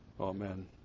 Amen